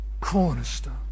cornerstone